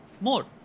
more